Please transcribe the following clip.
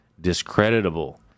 discreditable